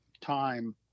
time